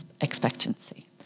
expectancy